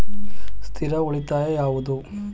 ಸ್ಥಿರ ಉಳಿತಾಯ ಯಾವುದು?